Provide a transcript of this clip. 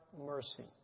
mercy